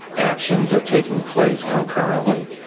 actions are taking place concurrently,